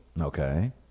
Okay